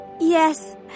Yes